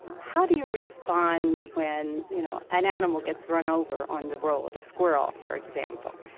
how do you respond when, you know, an animal gets run over on the road, a squirrel, for example?